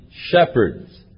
shepherds